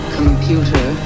computer